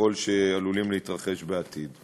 ככל שהם עלולים להתרחש בעתיד,